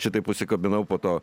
šitaip užsikabinau po to